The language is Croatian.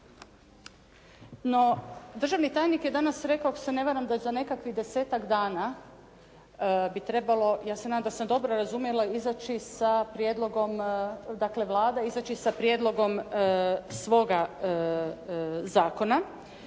državni tajnik je danas rekao ako se ne varam da za nekakvih 10-tak dana bi trebalo, ja se nadam da sam dobro razumjela izaći sa prijedlogom, dakle